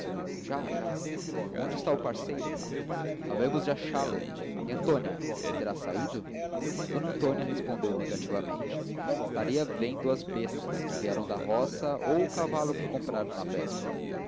lá já onde está o parceiro havemos de achá-lo nhãtônia ele terá saído d antônia respondeu negativamente estaria vendo as bastas que vieram da roga ou o cavalo que comprara na véspera